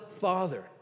Father